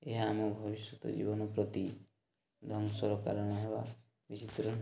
ଏହା ଆମ ଭବିଷ୍ୟତ ଜୀବନ ପ୍ରତି ଧଂସ୍ୱ ର କାରଣ ହେବା ବିଚିତ୍ର